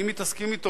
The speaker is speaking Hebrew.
אם מתעסקים אתו,